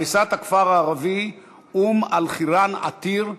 הריסת הכפר הערבי אום-אלחיראן עתיר,